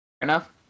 enough